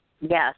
Yes